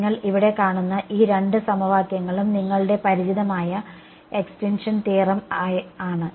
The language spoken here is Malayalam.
നിങ്ങൾ ഇവിടെ കാണുന്ന ഈ രണ്ട് സമവാക്യങ്ങളും നിങ്ങളുടെ പരിചിതമായ എക്സ്റ്റിൻഷൻ തിയറം ആണ്